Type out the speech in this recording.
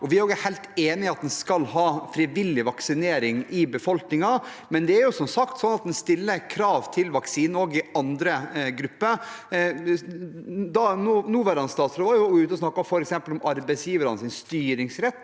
Vi er helt enig i at en skal ha frivillig vaksinering i befolkningen, men det er som sagt sånn at en stiller krav til vaksiner også i andre grupper. Nåværende statsråd var f.eks. ute og snakket om arbeidsgivernes styringsrett